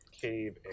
cave